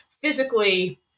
physically